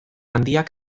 handiak